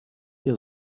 ihr